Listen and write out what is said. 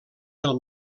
del